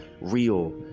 real